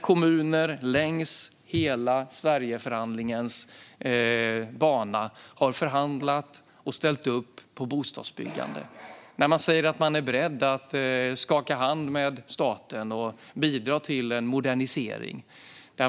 Kommuner längs hela Sverigeförhandlingens bana har förhandlat och ställt upp på bostadsbyggande. Man säger att man är beredd att skaka hand med staten och bidra till en modernisering.